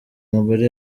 mugore